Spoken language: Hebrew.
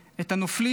את הנופלים.